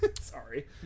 sorry